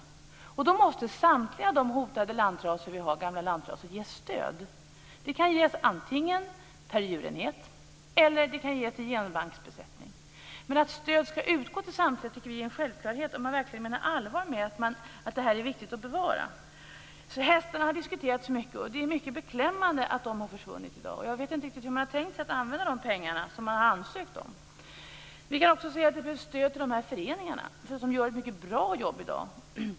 Det kan antingen ges per djurenhet eller till genbanksbesättning. Men att stöd skall utgå till samtliga tycker vi är en självklarhet om man verkligen menar allvar med att det här är viktigt att bevara. Hästarna har alltså diskuterats mycket, och det är beklämmande att de har försvunnit i dag. Jag vet inte riktigt hur man har tänkt sig att använda de pengar som man har ansökt om.